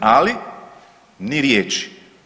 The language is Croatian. Ali ni riječi.